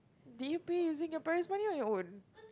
did you pay using your parent's money or your own